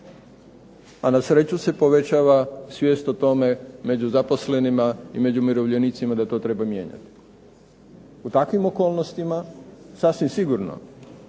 A na sreću se povećava svijest o tome među zaposlenima i među umirovljenicima da to treba mijenjati. U takvim okolnostima sasvim sigurno